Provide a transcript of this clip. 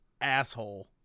asshole